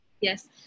Yes